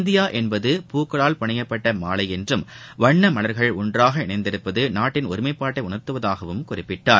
India என்பது பூக்களால் புனையப்பட்ட மாலை என்றும் வண்ண மலர்கள் ஒன்றாக இணைந்திருப்பது நாட்டின் ஒருமைப்பாட்டை உணர்த்துவதாகவும் குறிப்பிட்டார்